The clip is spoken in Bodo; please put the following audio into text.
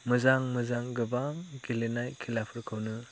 मोजां मोजां गोबां गेलेनाय खेलाफोरखौनो